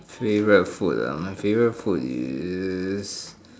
favourite food ah my favourite food is